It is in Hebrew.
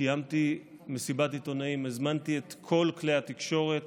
קיימתי מסיבת עיתונאים והזמנתי את כל כלי התקשורת